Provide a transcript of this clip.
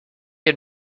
had